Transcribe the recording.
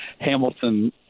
Hamilton